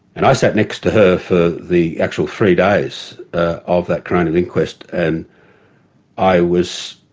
and i sat next to her for the actual three days of that coronial inquest, and i was